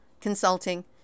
consulting